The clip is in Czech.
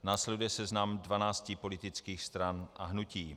Následuje seznam 12 politických stran a hnutí.